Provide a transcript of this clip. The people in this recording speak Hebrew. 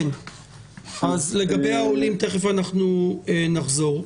אז לגבי העולים, תכף אנחנו נחזור לזה.